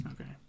Okay